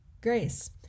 grace